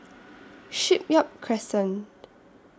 Shipyard Crescent